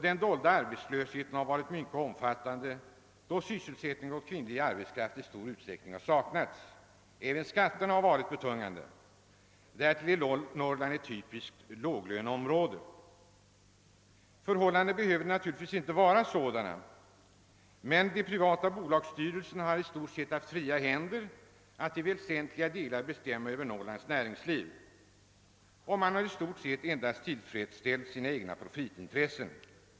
Den dolda arbetslösheten har varit mycket omfattande, eftersom sysselsättning åt kvinnlig arbetskraft i stor utsträckning har saknats. Även skatterna har varit betungande. Därtill är Norrland ett typiskt låglöneområde. Förhållandena behöver givetvis inte vara sådana. Men då de privata bolagsstyrelserna i stort sett haft fria händer att till väsentliga delar bestämma över Norrlands näringsliv, har man i stort sett endast tillgodosett sina profitintressen.